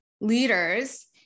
leaders